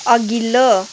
अघिल्लो